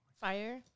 Fire